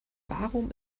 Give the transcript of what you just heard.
warum